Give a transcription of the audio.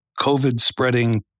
COVID-spreading